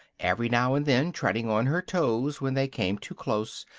every now and then treading on her toes when they came too close,